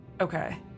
Okay